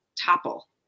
topple